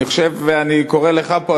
אני קורא לך פה,